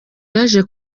yaje